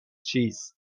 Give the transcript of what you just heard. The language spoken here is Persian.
چیست